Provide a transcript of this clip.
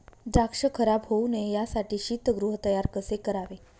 द्राक्ष खराब होऊ नये यासाठी शीतगृह तयार कसे करावे?